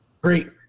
great